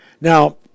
Now